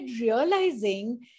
realizing